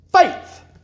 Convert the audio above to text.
faith